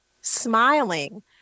smiling